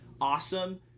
awesome